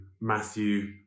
Matthew